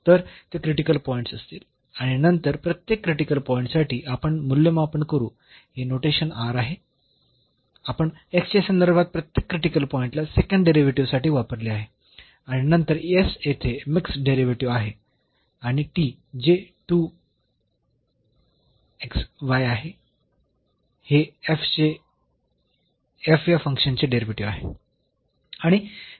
तर ते critical points असतील आणि नंतर प्रत्येक क्रिटिकल पॉईंटसाठी आपण मूल्यमापन करू हे नोटेशन r आहे आपण x च्या संदर्भात प्रत्येक क्रिटिकल पॉईंटला सेकंड डेरिव्हेटिव्हसाठी वापरले आहे आणि नंतर s येथे मिक्स्ड डेरिव्हेटिव्ह आहे आणि t जे हे या फंक्शनचे डेरिव्हेटिव्ह आहे